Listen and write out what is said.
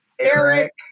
Eric